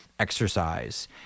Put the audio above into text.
Exercise